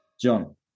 John